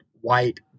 white